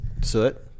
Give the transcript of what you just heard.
Soot